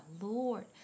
Lord